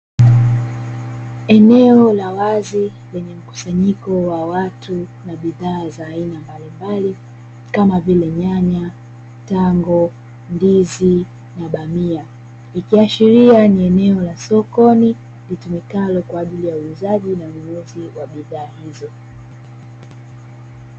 Eneo la wazi lenye mkusanyiko wa watu na bidhaa mbalimbali kama vile nyanya, biringanya, eneo linaonekana ni kwaajili ya uuzaji wa bidhaa.